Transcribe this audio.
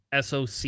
SOC